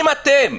אם אתם,